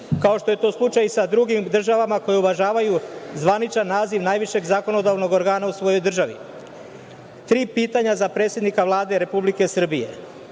kao što je to slučaj i sa drugim državama koje uvažavaju zvaničan naziv najvišeg zakonodavnog organa u svojoj državi? Tri pitanja za predsednika Vlade Republike Srbije.